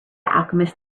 alchemist